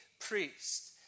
priest